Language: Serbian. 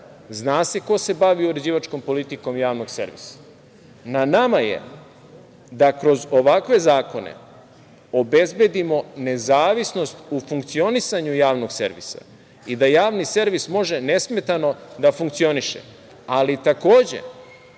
Zna se ko se bavi uređivačkom politikom javnog servisa. Na nama je da kroz ovakve zakone obezbedimo nezavisnost u funkcionisanju javnog servisa i da javni servis može nesmetano da funkcioniše. Ali, takođe,